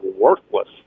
worthless